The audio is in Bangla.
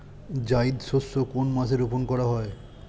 জায়িদ শস্য কোন মাসে রোপণ করা হয়?